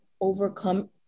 overcome